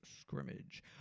scrimmage